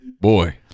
Boy